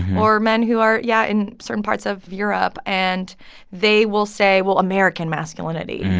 or men who are, yeah, in certain parts of europe. and they will say, well, american masculinity,